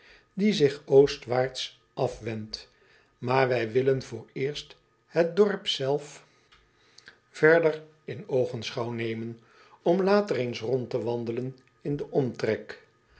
die zich ostwaarts afwendt maar wij willen vooreerst het dorp zelf verder acobus raandijk andelingen door ederland met pen en potlood eel in oogenschouw nemen om later eens rond te wandelen in den omtrek